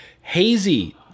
hazy